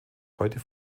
heute